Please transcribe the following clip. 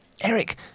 Eric